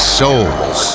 souls